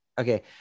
Okay